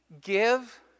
give